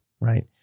right